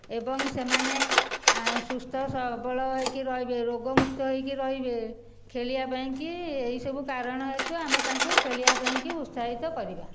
ଏବଂ ସେମାନେ ସୁସ୍ଥ ସବଳ ହୋଇକି ରହିବେ ରୋଗମୁକ୍ତ ହୋଇକି ରହିବେ ଖେଳିବା ପାଇଁକି ଏହିସବୁ କାରଣ ହେତୁ ଆମେ ତାଙ୍କୁ ଖେଳିବା ପାଇଁକି ଉତ୍ସାହିତ କରିବା